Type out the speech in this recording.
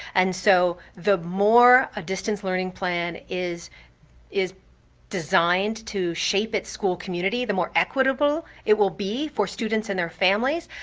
and so the more ah distance learning plan is is designed to shape its school community, the more equitable it will be for students and their families,